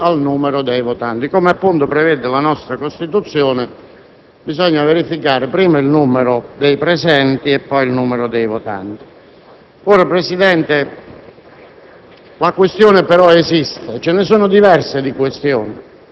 certificano il numero dei presenti, oltre a quello dei votanti. Come, appunto, prevede la nostra Costituzione, bisogna verificare prima il numero dei presenti e poi il numero dei votanti. Signor Presidente,